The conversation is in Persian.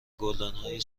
گلدانهای